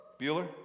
Bueller